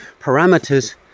parameters